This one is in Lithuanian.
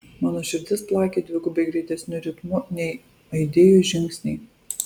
mano širdis plakė dvigubai greitesniu ritmu nei aidėjo žingsniai